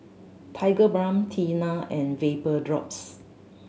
Tigerbalm Tena and Vapodrops